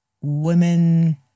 women